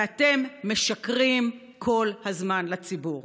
ואתם משקרים כל הזמן לציבור,